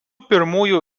pirmųjų